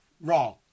Wrong